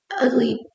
ugly